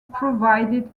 provided